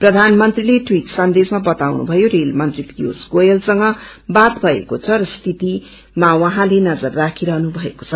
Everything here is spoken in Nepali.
प्रधानमेत्रीले टवीट संदेशमा बताउनु भयो रेल मंत्री पीयूष गोयलसंग बात भएको छ र स्थितिमा उहाँले नजर राखिरहनुभएको छ